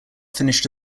finished